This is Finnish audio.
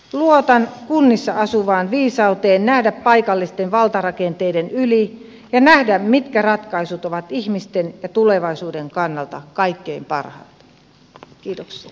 luotan kunnissa asuvaan viisauteen nähdä paikallisten valtarakenteiden yli ja nähdä mitkä ratkaisut ovat ihmisten ja tulevaisuuden kannalta kaikkein parhaat